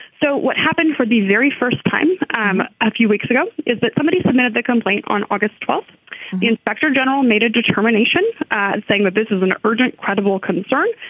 so what happened for the very first time um a few weeks ago is that but somebody submitted the complaint on august twelfth the inspector general made a determination and saying that this is an urgent credible concern.